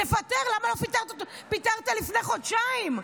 תפטר, למה לא פיטרת לפני חודשיים?